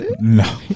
no